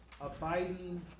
abiding